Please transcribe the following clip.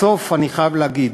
בסוף, אני חייב להגיד: